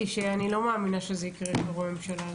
שאני לא מאמינה שזה יקרה עם הממשלה הזאת.